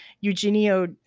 Eugenio